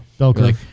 okay